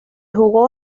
jugó